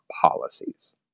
policies